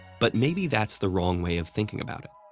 but maybe that's the wrong way of thinking about it.